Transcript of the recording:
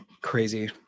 Crazy